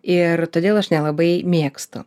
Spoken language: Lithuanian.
ir todėl aš nelabai mėgstu